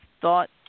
thought